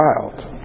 child